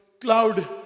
cloud